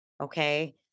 okay